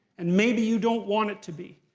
and maybe you don't want it to be.